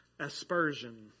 aspersion